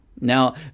now